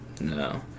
No